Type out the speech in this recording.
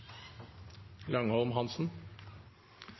Langholm Hansen